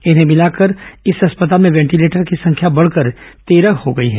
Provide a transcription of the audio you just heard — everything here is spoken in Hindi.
इन्हें मिलाकर अब इस अस्पताल में वेंटिलेटर की संख्या बढ़कर तेरह हो गई है